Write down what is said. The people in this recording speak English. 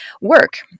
work